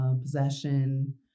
Possession